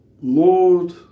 Lord